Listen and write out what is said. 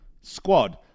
squad